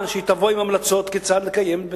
אני רוצה לומר שכבר שש שנים הכנסת מתעסקת עם העניין,